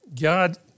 God